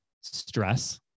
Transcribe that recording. Stress